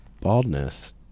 baldness